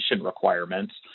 requirements